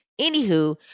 Anywho